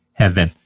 heaven